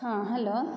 हँ हैलो